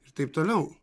ir taip toliau